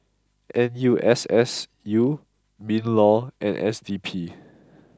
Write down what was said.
N U S S U Minlaw and S D P